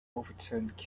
overturned